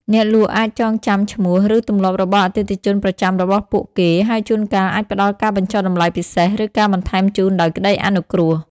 អ្នកលក់អាចចងចាំឈ្មោះ ឬទម្លាប់របស់អតិថិជនប្រចាំរបស់ពួកគេ ហើយជួនកាលអាចផ្តល់ការបញ្ចុះតម្លៃពិសេស ឬការបន្ថែមជូនដោយក្តីអនុគ្រោះ។